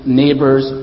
neighbors